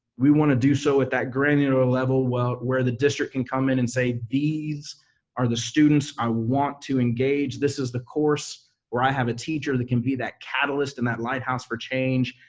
we want to do so at that granular level where where the district can come in and say, these are the students i want to engage. this is the course where i have a teacher that can be that catalyst and that lighthouse for change.